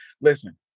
Listen